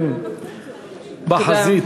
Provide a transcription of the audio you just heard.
נכבדה,